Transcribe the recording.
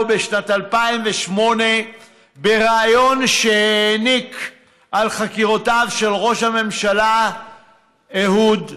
בשנת 2008 בריאיון על חקירותיו של ראש הממשלה אהוד אולמרט.